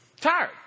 Tired